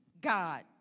God